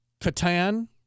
Catan